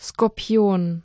Skorpion